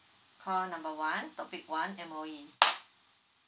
call number one topic one M_O_E